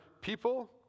people